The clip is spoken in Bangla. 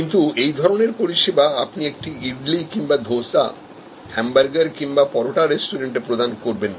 কিন্তু এই ধরনের পরিষেবা আপনি একটা ইডলি কিংবা ধোসা হামবার্গার কিংবা পরোটার রেস্টুরেন্টে প্রদান করবেন না